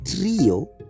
trio